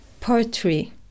poetry